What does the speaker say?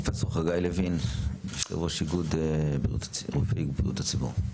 פרופ' חגי לוין, ראש איגוד רופאי בריאות הציבור.